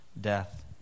death